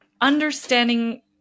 understanding